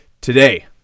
today